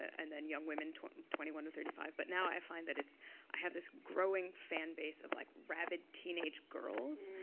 and then young women twenty twenty one to thirty five. but now i find that i have this growing fan base of, like, rabid teenage girls.